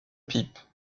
pipe